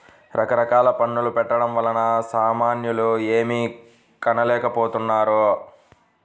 రకరకాల పన్నుల పెట్టడం వలన సామాన్యులు ఏమీ కొనలేకపోతున్నారు